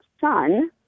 son